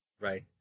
Right